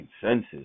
senses